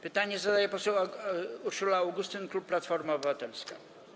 Pytanie zadaje poseł Urszula Augustyn, klub Platforma Obywatelska.